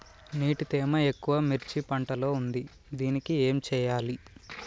నీటి తేమ ఎక్కువ మిర్చి పంట లో ఉంది దీనికి ఏం చేయాలి?